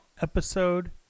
episode